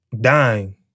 dying